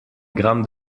grammes